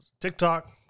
TikTok